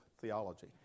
theology